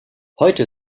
heute